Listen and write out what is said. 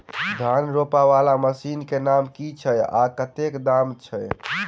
धान रोपा वला मशीन केँ नाम की छैय आ कतेक दाम छैय?